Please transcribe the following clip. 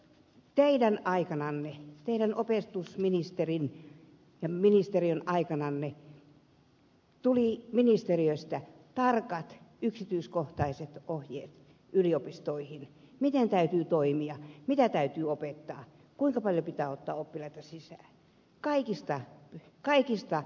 teidän aikananne teidän opetusministeri ja ministeriöaikananne tuli ministeriöstä tarkat yksityiskohtaiset ohjeet yliopistoihin miten täytyy toimia mitä täytyy opettaa kuinka paljon pitää ottaa oppilaita sisään